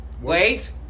wait